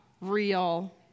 real